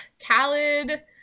Khaled